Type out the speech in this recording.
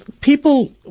People